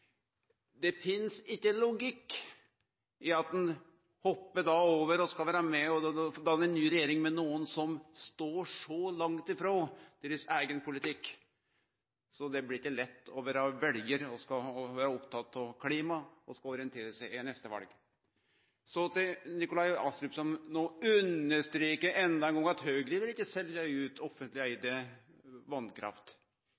Det finst ikkje logikk i at dei hoppar over det og skal vere med og danne regjering med nokon som står så langt ifrå deira eigen politikk. Det blir ikkje lett å vere veljar og vere oppteken av klima og skulle orientere seg framfor neste val. Så til Nikolai Astrup som no understreker enda ein gong at Høgre ikkje vil selje ut offentleg